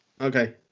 Okay